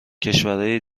کشورای